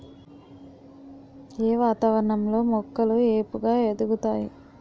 ఏ వాతావరణం లో మొక్కలు ఏపుగ ఎదుగుతాయి?